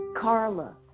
Carla